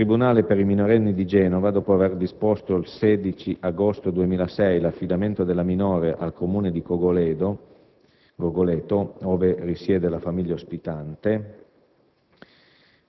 Iltribunale per i minorenni di Genova, dopo aver disposto, il 16 agosto 2006, l'affidamento della minore al Comune di Cogoleto, ove risiede la famiglia ospitante,